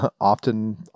often